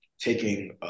taking